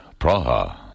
Praha